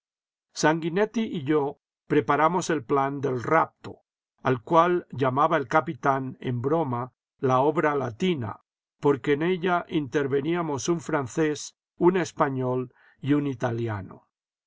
sanguinetti y yo preparamos el plan del rapto al cual llamaba el capitán en broma la obra latina porque en ella interveníamos un francés un español y un italiano si